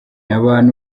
abantu